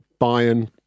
Bayern